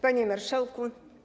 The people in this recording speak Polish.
Panie Marszałku!